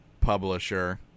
publisher